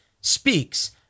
speaks